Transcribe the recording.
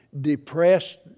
depressed